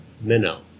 minnow